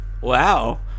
Wow